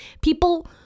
people